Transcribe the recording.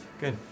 good